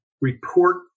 report